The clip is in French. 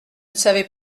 savais